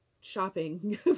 shopping